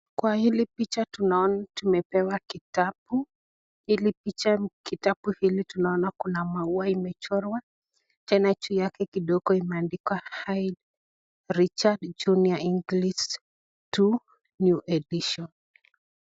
Kwa hili picha tunaona tumepewa kitabu hili tunaona maua imechorua, tena juu yake kidogo imeandikwa high richard junior English two new edition .